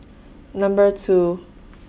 Number two